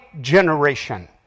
generation